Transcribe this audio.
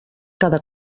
cada